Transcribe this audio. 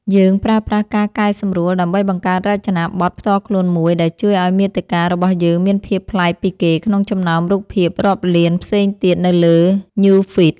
យើងប្រើប្រាស់ការកែសម្រួលដើម្បីបង្កើតរចនាបថផ្ទាល់ខ្លួនមួយដែលជួយឱ្យមាតិការបស់យើងមានភាពប្លែកពីគេក្នុងចំណោមរូបភាពរាប់លានផ្សេងទៀតនៅលើ ញូវហ្វ៊ីត ។